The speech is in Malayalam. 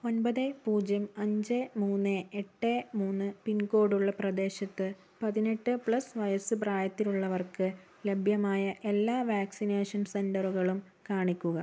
ഒൻപത് പൂജ്യം അഞ്ച് മൂന്ന് എട്ട് മൂന്ന് പിൻകോഡ് ഉള്ള പ്രദേശത്ത് പതിനെട്ട് പ്ലസ് വയസ്സ് പ്രായത്തിലുള്ളവർക്ക് ലഭ്യമായ എല്ലാ വാക്സിനേഷൻ സെൻറ്ററുകളും കാണിക്കുക